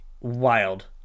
Wild